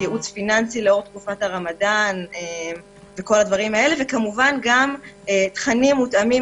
ייעוץ פיננסי לאור תקופת הרמדאן וכמובן גם תכנים המותאמים